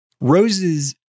Roses